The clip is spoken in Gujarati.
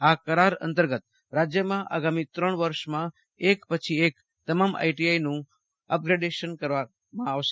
આ કરાર અંતર્ગત રાજયમાં આગામી ત્રણ વર્ષમાં એક પછી એક તમામ આઈટીઆઈનું અપગ્રેડેશન કરાશે